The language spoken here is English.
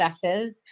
successes